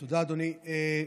תודה, אדוני.